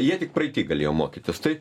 jie tik praeity galėjo mokytis tai